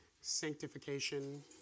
Sanctification